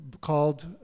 called